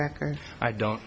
record i don't